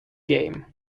game